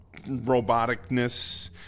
roboticness